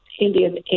Indian